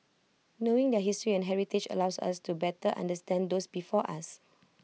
knowing their history and heritage allows us to better understand those before us